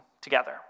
together